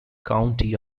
county